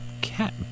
Cat